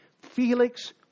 Felix